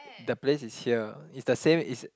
the place is here it's the same is